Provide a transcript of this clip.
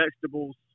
vegetables